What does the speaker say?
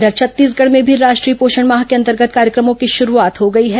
इधर छत्तीसगढ़ में भी राष्ट्रीय पोषण माह के अंतर्गत कार्यक्रमों की शुरूआत हो गई है